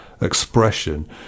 expression